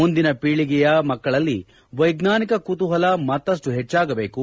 ಮುಂದಿನ ಪೀಳಗೆಯ ಮಕ್ಕಳಲ್ಲಿ ವೈಜ್ಞಾನಿಕ ಕುತೂಹಲ ಮತ್ತಪ್ಪು ಹೆಚ್ಚಾಗಬೇಕು